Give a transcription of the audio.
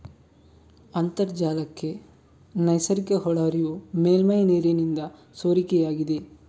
ಅಂತರ್ಜಲಕ್ಕೆ ನೈಸರ್ಗಿಕ ಒಳಹರಿವು ಮೇಲ್ಮೈ ನೀರಿನಿಂದ ಸೋರಿಕೆಯಾಗಿದೆ